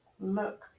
look